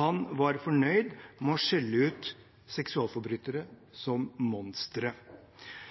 Han var fornøyd med å skjelle ut